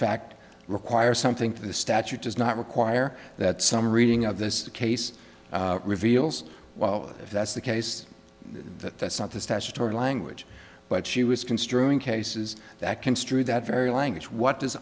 fact require something in the statute does not require that some reading of this case reveals well if that's the case that that's not the statutory language but she was construing cases that construe that very language what